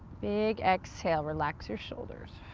big exhale, relax your shoulders.